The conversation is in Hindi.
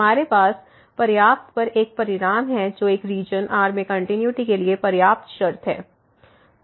हमारे पास पर्याप्त पर एक परिणाम है जो एक रीजन r में कंटिन्यूटी के लिए पर्याप्त शर्त है